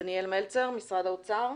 מלצר, משרד האוצר.